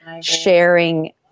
sharing